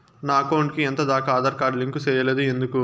నా అకౌంట్ కు ఎంత దాకా ఆధార్ కార్డు లింకు సేయలేదు ఎందుకు